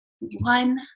one